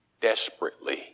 Desperately